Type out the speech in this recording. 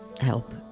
help